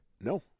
No